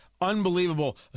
unbelievable